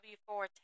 W-4